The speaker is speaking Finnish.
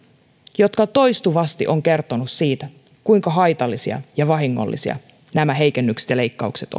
jotka toistuvasti ovat kertoneet siitä kuinka haitallisia ja vahingollisia nämä heikennykset ja leikkaukset